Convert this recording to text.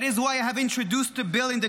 That is why I have introduced a bill in the